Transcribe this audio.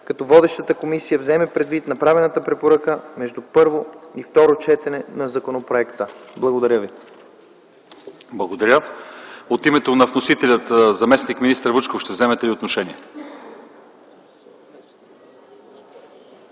като водещата комисия вземе предвид направената препоръка между първо и второ четене на законопроекта.” Благодаря ви. ПРЕДСЕДАТЕЛ ЛЪЧЕЗАР ИВАНОВ: От името на вносителя, заместник-министър Вучков, ще вземете ли отношение?